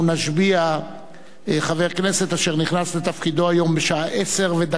נשביע חבר כנסת אשר נכנס לתפקידו היום בשעה 10:01,